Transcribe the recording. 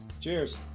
Cheers